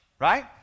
right